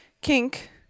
kink